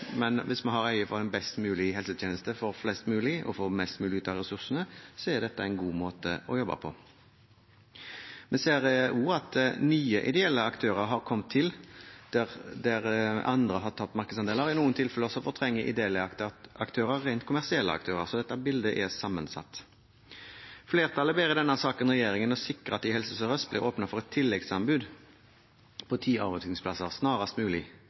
men hvis vi har for øye en best mulig helsetjeneste for flest mulig og å få mest mulig ut av ressursene, er dette en god måte å jobbe på. Vi ser også at nye ideelle aktører har kommet til der andre har tatt markedsandeler. I noen tilfeller fortrenger ideelle aktører rent kommersielle aktører, så dette bildet er sammensatt. Flertallet ber i denne saken regjeringen sikre at det i Helse Sør-Øst snarest mulig blir åpnet for et tilleggsanbud for ti